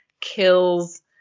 kills